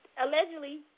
allegedly